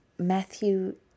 Matthew